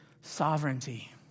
sovereignty